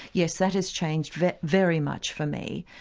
yes, that has changed very very much for me.